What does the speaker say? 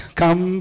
come